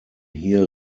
hier